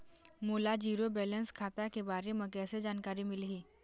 मोला zero balance खाता के बारे म कैसे जानकारी मिलही?